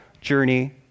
journey